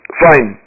fine